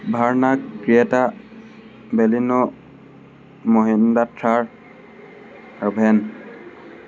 Verna Creta Baleno Mahindra Thar আৰু van